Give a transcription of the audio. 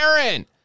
aaron